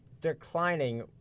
declining